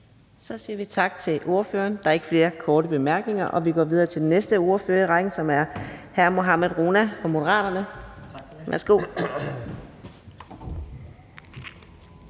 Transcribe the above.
Så siger vi tak til ordføreren. Der er ikke flere korte bemærkninger, og så går vi videre til den næste i rækken, som er hr. Steffen Larsen fra Liberal Alliance. Værsgo.